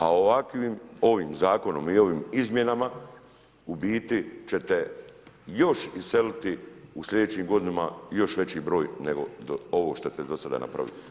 A ovakvim, ovim zakonom i ovim izmjenama u biti ćete još iseliti u sljedećim godinama još veći broj nego ovo što ste do sada napravili.